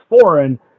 foreign